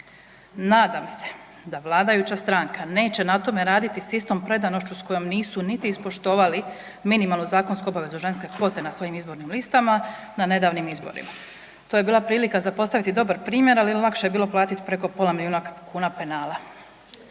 Nadam se da vladajuća stranka neće na tome raditi s istom predanošću s kojom nisu niti ispoštovali minimalnu zakonsku obavezu, ženske kvote na svojim izbornim listama na nedavnim izborima. To je bila prilika za postaviti dobar primjer, ali lakše je bilo platit preko pola milijuna kuna penala.